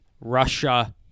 Russia